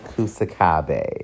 Kusakabe